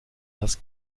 das